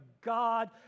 God